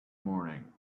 morning